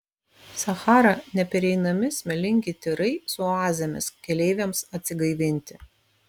sachara nepereinami smėlingi tyrai su oazėmis keleiviams atsigaivinti